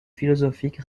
philosophique